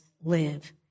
live